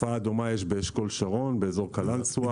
תופעה דומה יש באשכול שרון, באזור קלנסווה.